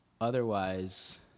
Otherwise